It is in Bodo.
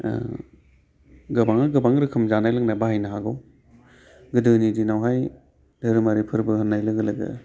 गोबाङा गोबां रोखोम जानाय लोंनाय बाहायनो हागौ गोदोनि दिनावहाय धोरोमारि फोरबो होननाय लोगो लोगो